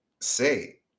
say